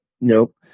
Nope